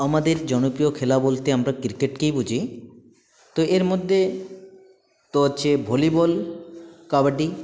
আমাদের জনপ্রিয় খেলা বলতে আমরা ক্রিকেটকেই বুঝি তো এর মধ্যে তো হচ্ছে ভলিবল কাবাডি